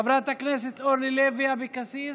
חבר הכנסת אלי כהן,